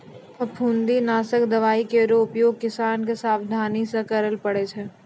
फफूंदी नासक दवाई केरो उपयोग किसान क सावधानी सँ करै ल पड़ै छै